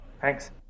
Thanks